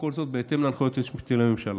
וכל זאת בהתאם להנחיות היועץ המשפטי לממשלה.